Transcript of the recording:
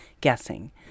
guessing